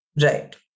Right